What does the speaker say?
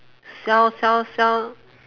sell sell sell